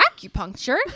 Acupuncture